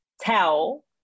tell